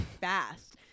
fast